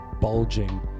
bulging